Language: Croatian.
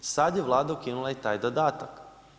Sad je vlada ukinula i taj dodatak.